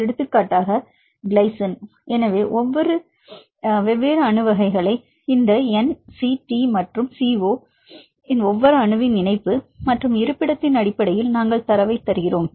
எடுத்துக்காட்டாக கிளைசின் எனவே வெவ்வேறு அணு வகைகளை இந்த N CT மற்றும் CO இன் ஒவ்வொரு அணுவின் இணைப்பு மற்றும் இருப்பிடத்தின் அடிப்படையில் நாங்கள் தரவை தருகிறோம்